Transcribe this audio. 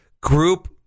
group